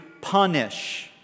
punish